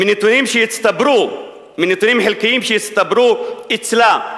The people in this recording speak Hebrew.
מנתונים שהצטברו, מנתונים חלקיים שהצטברו אצלה,